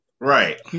right